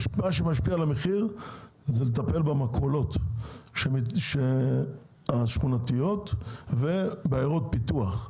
מה שמשפיע על המחיר זה לטפל במכולות השכונתיות ובעיירות פיתוח,